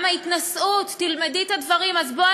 גם ההתנשאות: "תלמדי את הדברים" אז בוא,